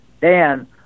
Dan